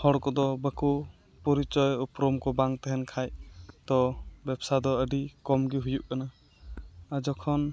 ᱦᱚᱲᱠᱚᱫᱚ ᱵᱟᱠᱚ ᱯᱚᱨᱤᱪᱚᱭ ᱩᱯᱨᱩᱢᱠᱚ ᱵᱟᱝ ᱛᱮᱦᱮᱱ ᱠᱷᱟᱱ ᱛᱚ ᱮᱵᱽᱥᱟᱫᱚ ᱟᱹᱰᱤ ᱠᱚᱢᱜᱮ ᱦᱩᱭᱩᱜ ᱠᱟᱱᱟ ᱡᱚᱠᱷᱚᱱ